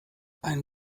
ein